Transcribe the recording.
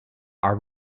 are